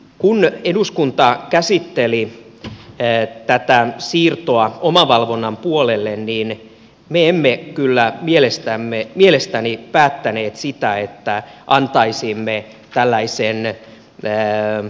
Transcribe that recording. kun eduskunta käsitteli tätä siirtoa omavalvonnan puolelle niin me emme kyllä mielestäni päättäneet siitä että antaisimme tällaisen lee e